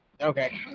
Okay